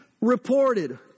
reported